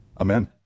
Amen